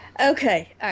Okay